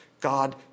God